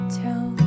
tell